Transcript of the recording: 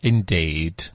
Indeed